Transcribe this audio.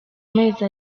mezi